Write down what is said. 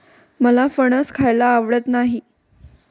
मला फणस खायला आवडत नाही